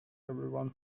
everyone